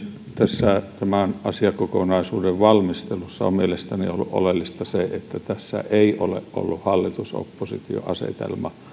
tässä tämän asiakokonaisuuden valmistelussa on mielestäni ollut oleellista se että tässä ei ole ollut hallitus oppositio asetelmaa